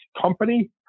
company